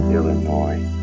Illinois